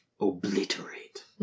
Obliterate